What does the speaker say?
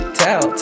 tell